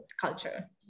culture